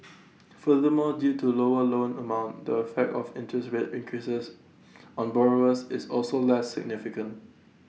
furthermore due to lower loan amount the effect of interest rate increases on borrowers is also less significant